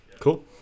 Cool